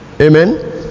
Amen